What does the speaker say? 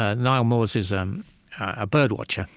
ah nial moores is um ah birdwatcher,